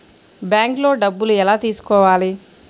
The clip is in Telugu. బ్యాంక్లో డబ్బులు ఎలా తీసుకోవాలి?